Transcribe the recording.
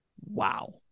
Wow